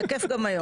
תקף גם היום.